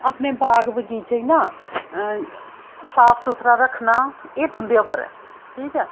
अपने बाग बगीचे गी ना साफ सुथरा रक्खना एह् तुं'दे उप्पर ऐ ठीक ऐ